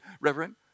reverend